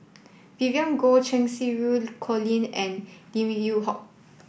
Vivien Goh Cheng Xinru Colin and Lim Yew Hock